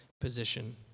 position